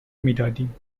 میدادیم